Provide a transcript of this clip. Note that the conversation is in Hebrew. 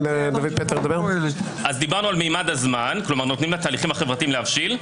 דיברנו על ממד הזמן כלומר נותנים לתהליכים החברתיים להבשיל.